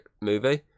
movie